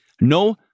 No